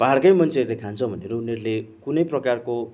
पाहाडकै मन्छेहरूले खान्छ भनेर उनीहरूले कुनै प्रकारको